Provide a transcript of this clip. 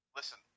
Listen